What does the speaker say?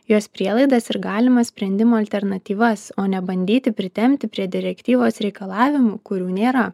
jos prielaidas ir galimas sprendimų alternatyvas o nebandyti pritempti prie direktyvos reikalavimų kurių nėra